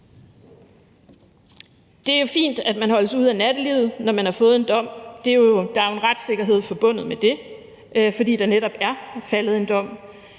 Det er fint, at man holdes ude af nattelivet, når man har fået en dom. Der er jo en retssikkerhed forbundet med det, fordi der netop er faldet en dom.